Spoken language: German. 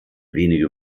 wenige